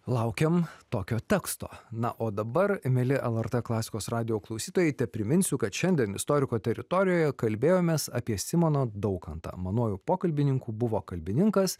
laukiam tokio teksto na o dabar mieli lrt klasikos radijo klausytojai tepriminsiu kad šiandien istoriko teritorijoje kalbėjomės apie simoną daukantą manuoju pokalbininku buvo kalbininkas